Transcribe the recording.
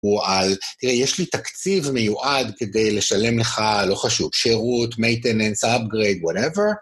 או על, תראה, יש לי תקציב מיועד כדי לשלם לך, לא חשוב, שירות, maintenance, upgrade, whatever.